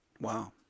Wow